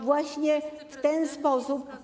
Właśnie w ten sposób.